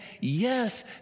yes